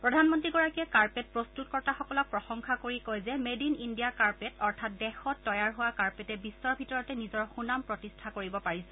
প্ৰধানমন্ত্ৰীগৰাকীয়ে কাৰ্পেট প্ৰস্তুত কৰ্তাসকলক প্ৰশংসা কৰি কয় যে মেড ইন ইণ্ডিয়া কাৰ্পেট অৰ্থাৎ দেশত তৈয়াৰ হোৱা কাৰ্পেটে বিশ্বৰ ভিতৰতে নিজৰ সুনাম প্ৰতিষ্ঠা কৰিব পাৰিছে